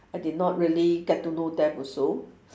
I did not really get to know them also